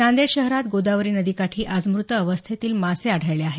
नांदेड शहरात गोदावरी नदीकाठी आज मृत अवस्थेतील मासे आढळले आहेत